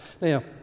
Now